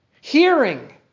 Hearing